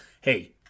Hey